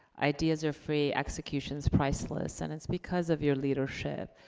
ideas are free, execution's priceless. and, it's because of your leadership,